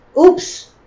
oops